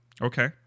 Okay